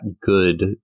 good